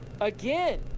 Again